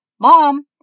Mom